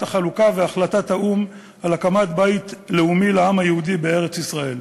החלוקה והחלטת האו"ם על הקמת בית לאומי לעם היהודי בארץ-ישראל.